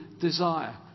desire